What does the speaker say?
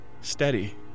Steady